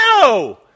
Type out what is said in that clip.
no